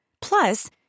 Plus